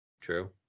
true